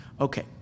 Okay